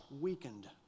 weakened